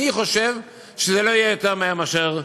אני חושב שזה לא יהיה יותר מהר מאשר,